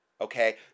Okay